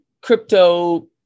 crypto